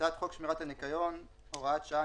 הצעת חוק שמירת הניקיון (הוראת שעה,